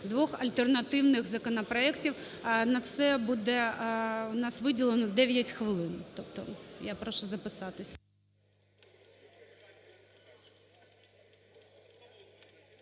двох альтернативних законопроектів. На це буде у нас виділено 9 хвилин, тобто я прошу записатись.